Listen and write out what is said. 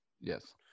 Yes